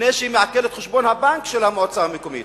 לפני שהיא מעקלת את חשבון הבנק של המועצה המקומית,